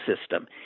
system